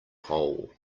whole